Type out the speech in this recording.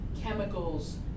chemicals